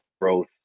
growth